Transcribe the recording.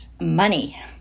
money